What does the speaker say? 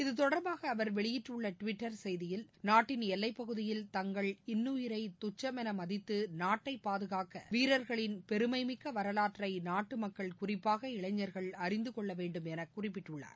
இத்தொடர்பாக அவர் வெளியிட்டுள்ள ட்விட்டர் செய்தியில் நாட்டின் எல்லைப் பகுதியில் தங்கள் இன்னுயிரை துச்சமென மதித்து நாட்டை பாதுகாக்க வீரர்களின் பெருமைமிக்க வரவாற்றை நாட்டு மக்கள் குறிப்பாக இளைஞர்கள் அறிந்து கொள்ள வேண்டும் என குறிப்பிட்டுள்ளார்